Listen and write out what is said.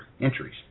entries